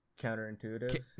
counterintuitive